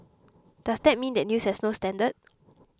does that mean that news has no standard